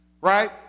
Right